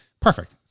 Perfect